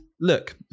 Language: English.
look